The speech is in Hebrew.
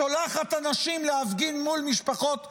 שולחת אנשים להפגין מול משפחות שכולות.